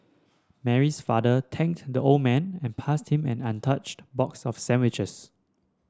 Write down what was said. Mary's father thanked the old man and passed him an untouched box of sandwiches